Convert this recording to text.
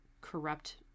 corrupt